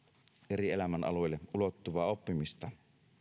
eri elämän alueille ulottuvaa oppimista